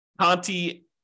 Conti